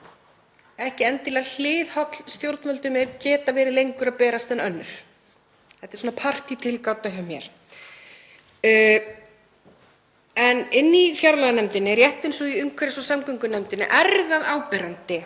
ekki endilega hliðholl stjórnvöldum geta verið lengur að berast en önnur. Þetta er svona partítilgáta hjá mér. Í fjárlaganefnd, rétt eins og í umhverfis- og samgöngunefnd, er það áberandi